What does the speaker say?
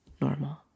normal